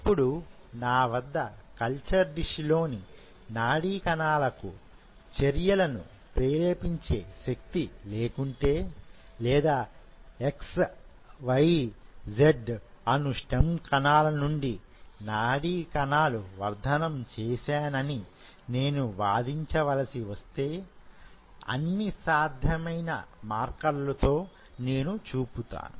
ఇప్పుడు నా వద్ద కల్చర్ డిష్ లోని నాడీ కణాలకు చర్యలను ప్రేరేపించే శక్తి లేకుంటే లేదా x y z స్టెమ్ కణాలు నుండి నాడీ కణాలు వర్ధనం చేసానని నేను వాదించవలసి వస్తే అన్ని సాధ్యమైన మర్కర్లు తో నేను చూపుతాను